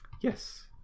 Yes